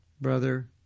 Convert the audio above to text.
brother